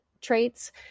traits